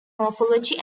morphology